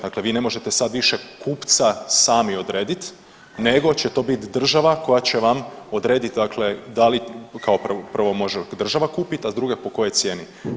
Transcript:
Dakle, vi ne možete sad više kupca sami odrediti nego će to biti država koja će vam odredit dakle da li kao prvo može država kupit, a drugo po kojoj cijeni.